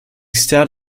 stared